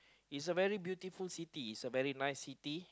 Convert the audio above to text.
is a very beautiful city is a very nice city